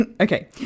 Okay